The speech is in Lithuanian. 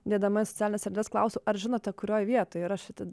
dėdama į socialines erdves klausiu ar žinote kurioj vietoj yra šiti